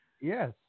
Yes